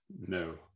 No